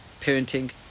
parenting